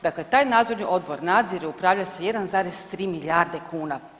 Dakle, taj nadzorni odbor nadzire, upravlja s 1,3 milijarde kuna.